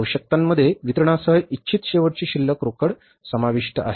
आवश्यकतांमध्ये वितरणासह इच्छित शेवटची शिल्लक रोकड समाविष्ट आहे